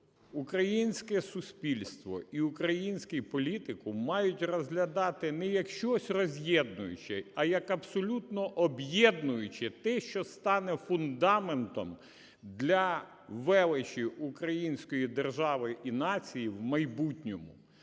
українське суспільство і український політикум мають розглядати не як щось роз'єднуюче, а як абсолютно об'єднуюче, те, що стане фундаментом для величі української держави і нації в майбутньому,